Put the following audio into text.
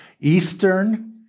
Eastern